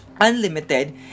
unlimited